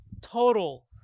Total